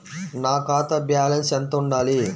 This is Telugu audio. నా ఖాతా బ్యాలెన్స్ ఎంత ఉండాలి?